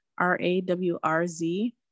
r-a-w-r-z